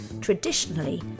traditionally